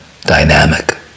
dynamic